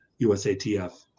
USATF